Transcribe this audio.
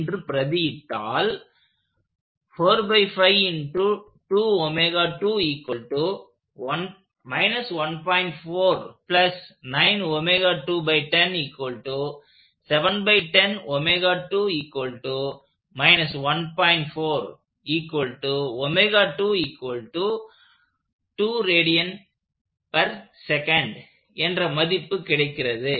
என்று பிரதியிட்டால் என்ற மதிப்பு கிடைக்கிறது